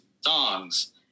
songs